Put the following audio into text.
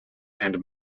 and